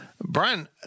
Brian